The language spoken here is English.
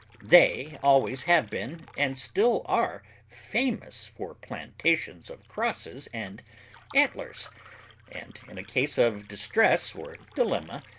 they always have been, and still are, famous for plantations of crosses and antlers and in a case of distress or dilemma,